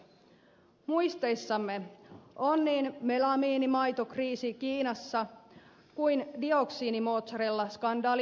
muisteissamme on niin melamiinimaitokriisi kiinassa kuin dioksiinimozzarellaskandaali italiassa